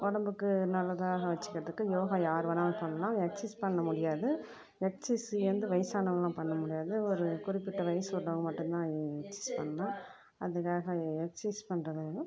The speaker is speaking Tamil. உடம்புக்கு நல்லதாக வச்சுக்கிறதுக்கு யோகா யார் வேணாலும் பண்ணலாம் எக்சைஸ் பண்ண முடியாது எக்சைஸ் ஏன் வந்து வைசாவங்கள் எல்லாம் பண்ண முடியாது ஒரு குறிப்பிட்ட வயசு உள்ளவங்க மட்டும்தான் எக்சைஸ் பண்ணலாம் அதுக்காக எக்சைஸ் பண்ணுறது வந்து